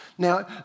Now